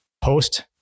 post